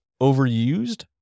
overused